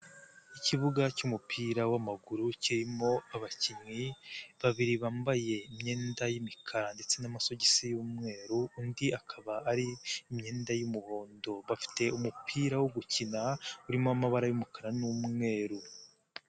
Ikibuga cy'umupira w'amaguru kirimo abakinnyi babiri bambaye imyenda y'imikara ndetse n'amasogisi y'umweru, undi akaba ari imyenda y'umuhondo, bafite umupira wo gukina urimo amabara y'umukara n'umweru.